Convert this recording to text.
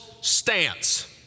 stance